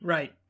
Right